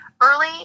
early